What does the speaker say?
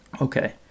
Okay